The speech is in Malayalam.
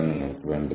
എന്താണ് ചെയ്യേണ്ടത്